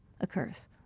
occurs